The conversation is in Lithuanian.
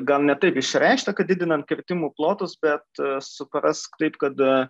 gal ne taip išreikšta kad didinant kirtimų plotus bet suprask taip kad